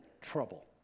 trouble